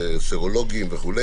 סרולוגים וכו'.